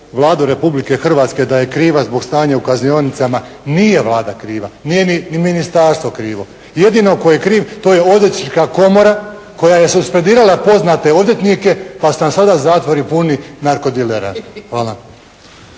Vladu Republike Hrvatske, da je kriva zbog stanja u kaznionicama. Nije Vlada kriva. Nije ni ministarstvo krivo. Jedino tko je kriv, to je odvjetnička komora koja je suspendirala poznate odvjetnike, pa su nam sada zatvori puni narkodilera. Hvala.